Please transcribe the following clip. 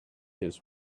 his